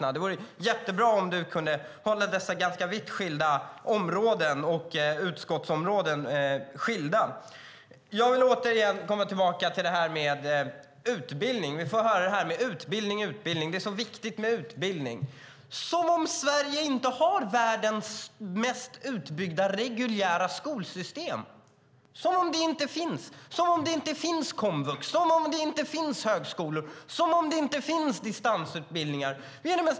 Det vore jättebra om du kunde skilja på dessa områden och utskottsområden. Jag vill komma tillbaka till det här med utbildning. Vi får höra: Utbildning, utbildning, det är så viktigt med utbildning. Som om Sverige inte har världens mest utbyggda reguljära skolsystem! Som om det inte finns komvux, högskolor och distansutbildningar!